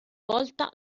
volta